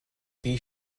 die